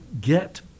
get